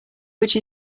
which